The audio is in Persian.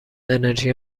انرژی